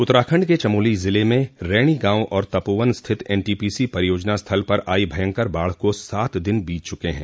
उत्तराखंड के चमोली जिले में रैणी गांव और तपोवन स्थित एनटीपीसी परियोजना स्थल पर आई भंयकर बाढ को सात दिन बीत चुके हैं